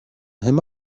him